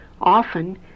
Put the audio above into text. Often